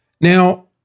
Now